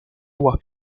avoir